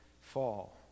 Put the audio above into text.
fall